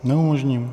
Neumožním.